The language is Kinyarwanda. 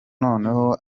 noneho